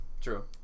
True